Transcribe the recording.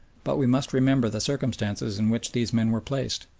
but we must remember the circumstances in which these men were placed.